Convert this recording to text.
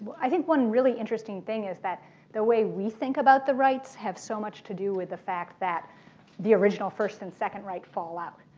i think one really interesting thing is that the way we think about the rights have so much to do with the fact that the original first and second right fall out.